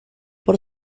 por